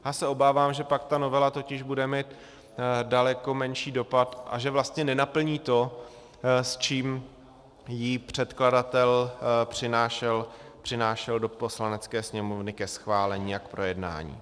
Já se obávám, že pak ta novela totiž bude mít daleko menší dopad a že vlastně nenaplní to, s čím ji předkladatel přinášel do Poslanecké sněmovny ke schválení a k projednání.